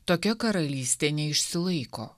tokia karalystė neišsilaiko